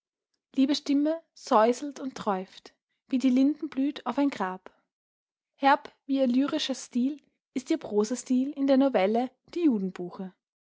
liebe stimme säuselt und träuft wie die lindenblüt auf ein grab herb wie ihr lyrischer stil ist ihr prosastil in der novelle die